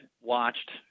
watched